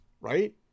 right